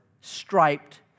striped